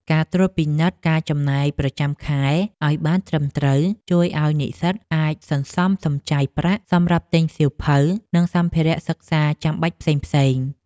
ការត្រួតពិនិត្យការចំណាយប្រចាំខែឱ្យបានត្រឹមត្រូវជួយឱ្យនិស្សិតអាចសន្សំសំចៃប្រាក់សម្រាប់ទិញសៀវភៅ និងសម្ភារៈសិក្សាចាំបាច់ផ្សេងៗ។